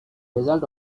result